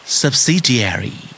subsidiary